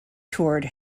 toured